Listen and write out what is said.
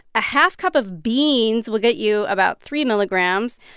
a half cup of beans will get you about three milligrams.